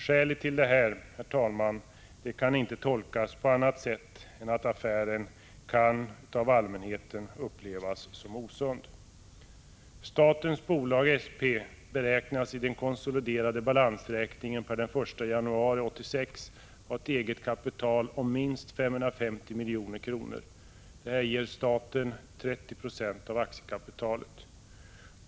Skälet till detta, herr talman, kan inte vara annat än att affären av allmänheten kan tolkas som osund. Statens bolag, SP, beräknas i den konsoliderade balansräkningen per den 1 januari 1986 ha ett eget kapital om minst 550 milj.kr. Detta ger staten 30 26 av aktiekapitalet.